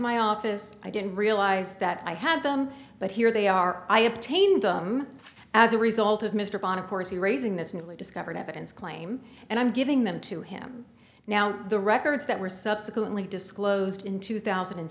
my office i didn't realize that i had them but here they are i obtained them as a result of mr bott of course he raising this newly discovered evidence claim and i'm giving them to him now the records that were subsequently disclosed in two thousand and